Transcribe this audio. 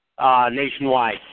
Nationwide